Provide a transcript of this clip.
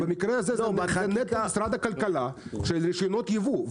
במקרה הזה זה נטו משרד הכלכלה ורישיונות יבוא,